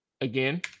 again